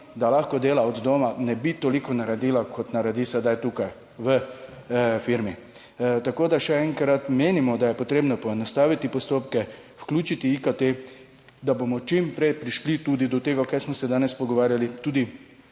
da lahko dela od doma, ne bi toliko naredila, kot naredi sedaj tukaj v firmi. Tako, da še enkrat, menimo, da je potrebno poenostaviti postopke, vključiti IKT, da bomo čim prej prišli tudi do tega, kar smo se danes pogovarjali, tudi